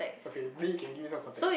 okay then you can give me some contacts